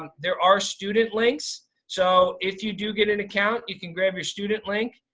and there are student links. so, if you do get an account you can grab your student link.